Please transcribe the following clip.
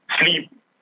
Sleep